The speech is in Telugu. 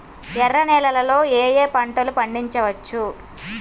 ఎర్ర నేలలలో ఏయే పంటలు పండించవచ్చు?